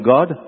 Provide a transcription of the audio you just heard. God